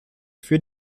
für